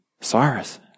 Cyrus